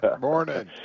morning